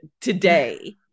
today